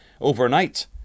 overnight